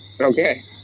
Okay